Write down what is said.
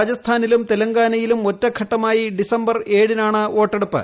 രാജസ്ഥാനിലും തെലങ്കാനയിലും ഒറ്റഘട്ടമായി ഡിസംബർ ഏഴിനാണ് വോട്ടെടുപ്പ്